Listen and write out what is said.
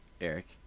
Eric